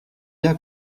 bien